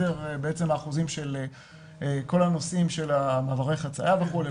האחוזים של כל נושא מעברי חציה וכולי,